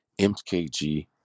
MKG